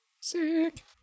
Sick